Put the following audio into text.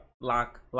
Lock